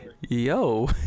Yo